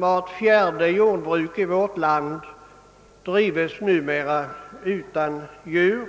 Vart fjärde jordbruk i vårt land drivs numera utan djur,